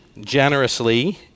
generously